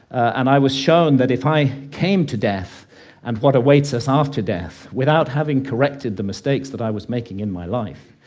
and i was shown that if i came to death and what awaits us after death without having corrected the mistakes that i was making in my life,